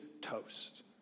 toast